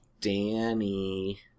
Danny